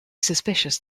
suspicious